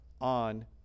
on